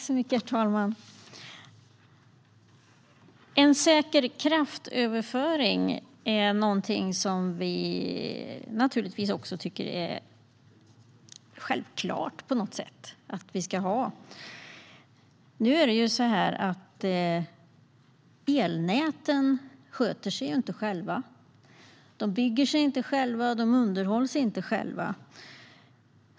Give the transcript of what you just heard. Herr talman! En säker kraftöverföring är någonting som vi naturligtvis tycker är självklart att vi ska ha. Men elnäten sköter inte sig själva. De bygger inte sig själva och de underhåller inte sig själva.